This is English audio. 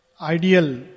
ideal